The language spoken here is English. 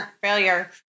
failure